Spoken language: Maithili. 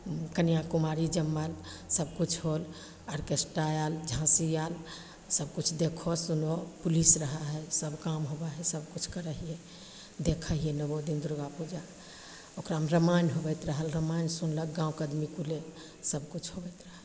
कन्या कुमारि जमल सबकिछु होल ऑर्केस्टा आएल झाँकी आएल सबकिछु देखहो सुनहो पुलिस रहै हइ सब काम होबै हइ सबकिछु करै हिए देखै हिए नओ दिन दुरगा पूजा ओकरामे रामायण होबैत रहल रामायण सुनलक गामके आदमी कुले सबकिछु होबैत रहल